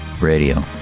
Radio